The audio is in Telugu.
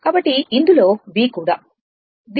కాబట్టి ఇందులో ఇది V